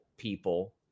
people